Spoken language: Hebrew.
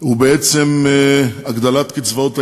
הוא בעצם הגדלת קצבאות הילדים,